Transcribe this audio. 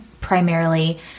primarily